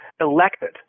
elected